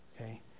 okay